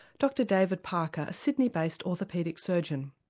dr david parker, a sydney based orthopaedic surgeon.